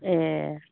ए